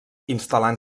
instal·lant